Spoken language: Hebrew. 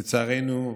לצערנו,